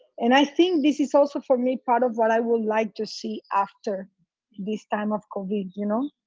and i think this is also for me part of what i would like to see after this time of covid, you know.